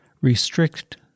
restrict